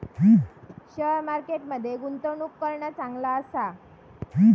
share market मध्ये गुंतवणूक करणा चांगला आसा